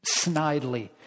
snidely